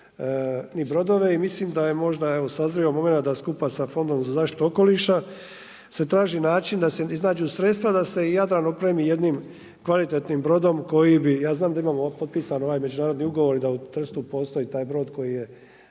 brodove i mislim da je možda evo sazrio momenat da skupa sa Fondom za zaštitu okoliša se traži način da se iznađu sredstva da se i Jadran opremi jednim kvalitetnim brodom koji bi, ja znam, da imamo potpisan ovaj međunarodni ugovor i da u Trstu postoji taj brod koji je